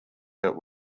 that